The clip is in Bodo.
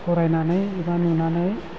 फरायनानै एबा नुनानै